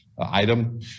item